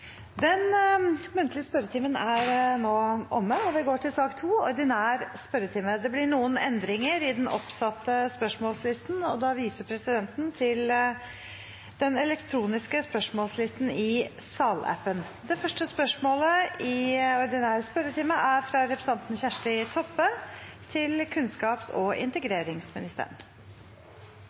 Den muntlig spørretimen er omme, og vi går til den ordinære spørretimen. Det blir en endring i den oppsatte spørsmålslisten, og presidenten viser i den sammenheng til den elektroniske spørsmålslisten i salappen. Endringen var som følger: Spørsmål 3, fra representanten Ole André Myhrvold til